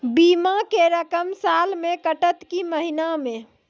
बीमा के रकम साल मे कटत कि महीना मे?